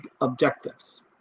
objectives